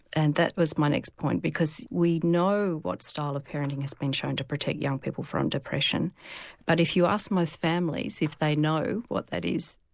and that was my next point because we know what style of parenting has been shown to protect young people from depression but if you ask most families if they know what that is,